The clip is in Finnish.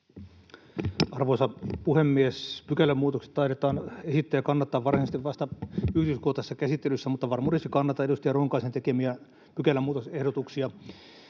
Arvoisa puhemies! Pykälämuutokset taidetaan esittää ja kannattaa varsinaisesti vasta yksityiskohtaisessa käsittelyssä, mutta varmuudeksi kannatan edustaja Ronkaisen tekemiä pykälämuutosehdotuksia.